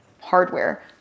hardware